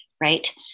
right